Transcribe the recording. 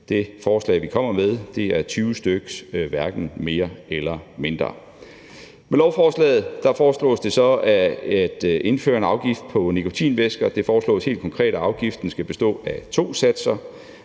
Det forslag, vi kommer med, handler om tyvestykspakker, hverken mere eller mindre. Med lovforslaget her foreslås det så at indføre en afgift på nikotinvæsker, og det foreslås helt konkret, at afgiften skal bestå af to satser,